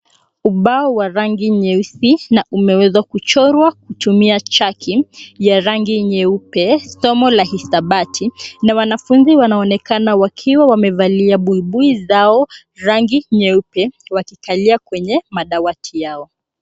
Ubao wa rangi nyeusi na umeweza kumechorwa kumtumia chaki ya rangi nyeupe somo la hisabati na wanafunzi wanaonekana wakiwa wamevalia buibui zao rangi nyeupe wakikalia kwenye madawati yao.